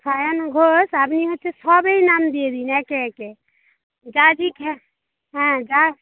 সায়ন ঘোষ আপনি হচ্ছে সবেই নাম দিয়ে দিন একে একে যা দিক হ্যাঁ হ্যাঁ যা